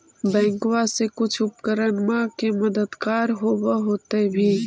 बैंकबा से कुछ उपकरणमा के मददगार होब होतै भी?